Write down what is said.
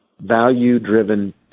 value-driven